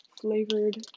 flavored